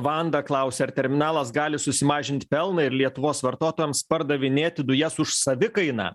vanda klausia ar terminalas gali susimažint pelną ir lietuvos vartotojams pardavinėti dujas už savikainą